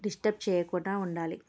disturb చేయకుండా ఉండాలి